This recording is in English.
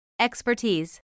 Expertise